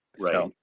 Right